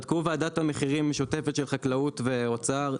בדקו ועדת המחירים השוטפת של החקלאות והאוצר,